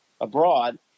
abroad